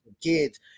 kids